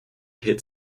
hit